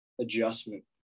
adjustment